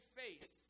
faith